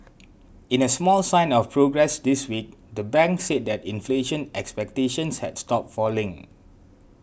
in a small sign of progress this week the bank said that inflation expectations had stopped falling